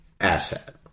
asset